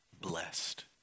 blessed